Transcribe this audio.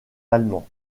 allemands